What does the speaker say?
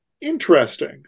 interesting